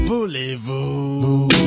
Voulez-vous